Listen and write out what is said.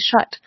shut